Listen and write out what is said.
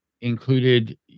included